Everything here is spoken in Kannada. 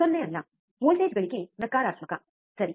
0 ಅಲ್ಲ ವೋಲ್ಟೇಜ್ ಗಳಿಕೆ ನಕಾರಾತ್ಮಕ ಸರಿ